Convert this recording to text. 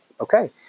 Okay